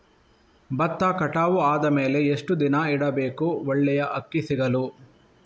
ಭತ್ತ ಕಟಾವು ಆದಮೇಲೆ ಎಷ್ಟು ದಿನ ಇಡಬೇಕು ಒಳ್ಳೆಯ ಅಕ್ಕಿ ಸಿಗಲು?